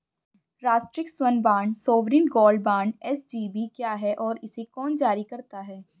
राष्ट्रिक स्वर्ण bond sovereign gold bond SGB क्या है और इसे कौन जारी करता है?